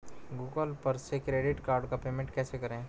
Google पर से credit card का पेमेंट कैसे करें?